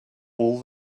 all